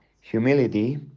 humility